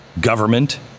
government